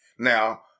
Now